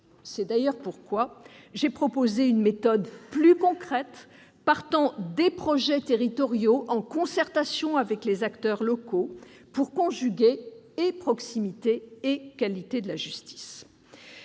C'est d'ailleurs pourquoi j'ai proposé une méthode plus concrète, partant des projets territoriaux, en concertation avec les acteurs, pour conjuguer proximité et qualité de la justice.